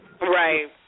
Right